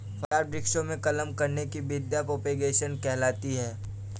फलदार वृक्षों में कलम करने की विधियां प्रोपेगेशन कहलाती हैं